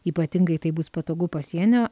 ypatingai tai bus patogu pasienio